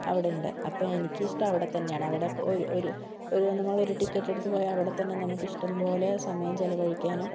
അവിടെയുണ്ട് അപ്പം എനിക്കിഷ്ടം അവിടെ തന്നെയാണ് അവിടെ ഇപ്പം ഒരു ഒരു ഒരു നമ്മളൊരു ടിക്കറ്റെടുത്ത് പോയാൽ അവിടെ തന്നെ നമുക്ക് ഇഷ്ടം പോലെ സമയം ചിലവഴിക്കാനും